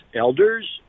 elders